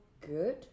good